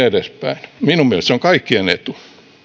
edespäin minun mielestäni se on kaikkien etu